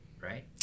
right